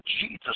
Jesus